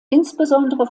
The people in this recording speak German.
insbesondere